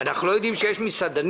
אנחנו לא יודעים שיש מסעדנים?